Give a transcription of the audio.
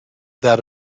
that